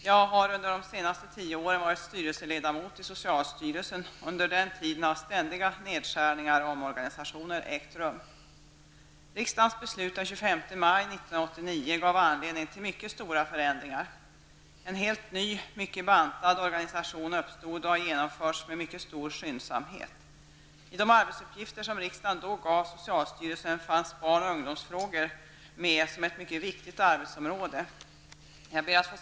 Jag har under de senaste tio åren varit styrelseledamot i socialstyrelsen, och under denna tid har ständiga nedskärningar och omorganisationer ägt rum. Riksdagens beslut den 25 maj 1989 gav anledning till mycket stora förändringar. En helt ny, mycket bantad organisation uppstod, och den har genomförts med mycket stor skyndsamhet. I de arbetsuppgifter som riksdagen då gav socialstyrelsen fanns barn och ungdomsfrågor med som ett mycket viktigt arbetsområde.